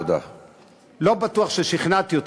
לא בטוח ששכנעתי אותך,